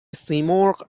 سیمرغ